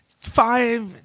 five